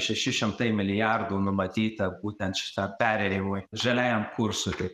šeši šimtai milijardų numatyta būtent šitam perėjimui žaliajam kursui taip